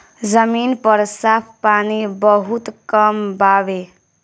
जमीन पर साफ पानी बहुत कम बावे